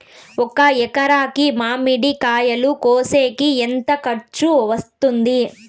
ఒక ఎకరాకి మామిడి కాయలు కోసేకి ఎంత ఖర్చు వస్తుంది?